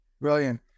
Brilliant